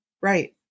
right